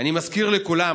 אני מזכיר לכולם,